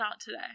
today